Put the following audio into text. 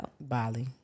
Bali